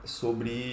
sobre